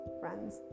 friends